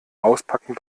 auspacken